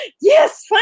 yes